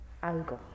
algo